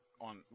on